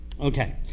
Okay